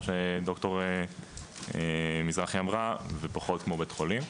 שד"ר מזרחי אמרה ופחות כמו בית חולים.